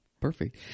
Perfect